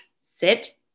sit